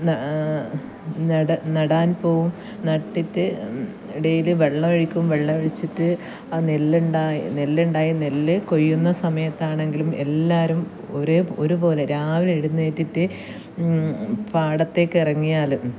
ന നട നടാൻ പോവും നട്ടിട്ട് ഡെയിലി വെള്ളമൊഴിക്കും വെള്ളമൊഴിച്ചിട്ട് അത് നെല്ലുണ്ടായി നെല്ലുണ്ടായി നെല്ല് കൊയ്യുന്ന സമയത്താണെങ്കിലും എല്ലാവരും ഒരേപോ ഒരുപോലെ രാവിലെ എഴുന്നേറ്റിട്ട് പാടത്തേക്ക് ഇറങ്ങിയാലും